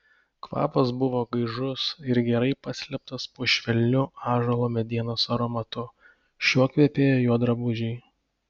kvapas buvo gaižus ir gerai paslėptas po švelniu ąžuolo medienos aromatu šiuo kvepėjo jo drabužiai